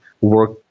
work